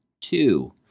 two